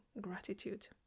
gratitude